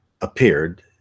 appeared